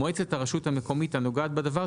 מועצת הרשות המקומית הנוגעת בדבר,